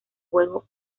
juego